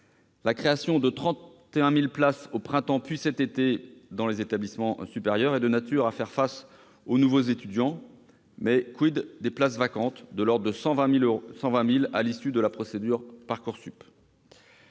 La création de 31 000 places au printemps, puis cet été, dans les établissements de l'enseignement supérieur est de nature à faire face à l'arrivée de nouveaux étudiants. Mais des places vacantes, de l'ordre de 120 000, à l'issue de la procédure Parcoursup ?